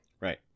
Right